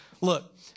look